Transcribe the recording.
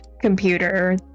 computer